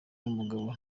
n’umugabo